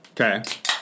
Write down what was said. Okay